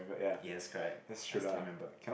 yes correct I still remembered